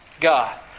God